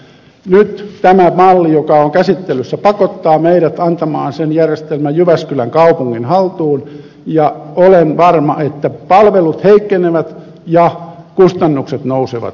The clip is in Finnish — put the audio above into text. nyt tämä malli joka on käsittelyssä pakottaa meidät antamaan sen järjestelmän jyväskylän kaupungin haltuun ja olen varma että palvelut heikkenevät ja kustannukset nousevat